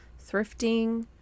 thrifting